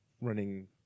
running